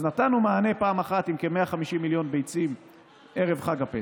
אז נתנו מענה פעם אחת עם כ-150 מיליון ביצים ערב חג הפסח.